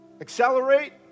accelerate